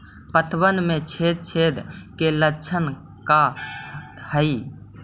पतबन में छेद छेद के लक्षण का हइ?